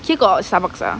here got Starbucks ah